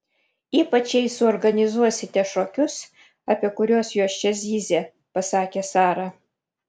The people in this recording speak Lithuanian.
ypač jei suorganizuosite šokius apie kuriuos jos čia zyzė pasakė sara